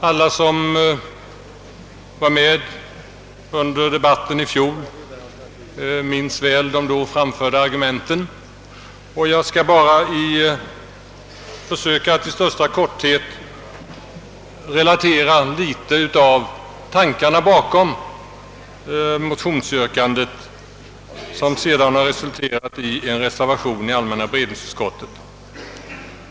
Alla som var med under debatten i fjol minns väl de då framförda argumenten, och jag skall bara försöka att i största korthet relatera litet av tankarna bakom motionsyrkandet som sedan resulterat i en reservation i allmänna beredningsutskottet.